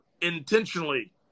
intentionally